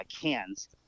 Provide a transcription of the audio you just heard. cans